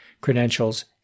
credentials